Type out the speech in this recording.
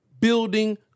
building